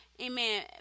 amen